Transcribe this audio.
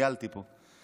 טיילתי פה.